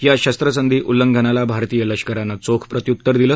या शस्त्रसंधी उल्लंघनाला भारतीय लष्करानं चोख प्रत्युत्तर दिलं